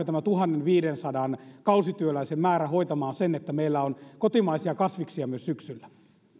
tämä tuhannenviidensadan kausityöläisen määrä hoitamaan sen että meillä on kotimaisia kasviksia myös syksyllä